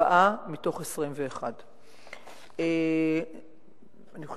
ארבעה מתוך 21. בספורט,